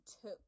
took